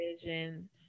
vision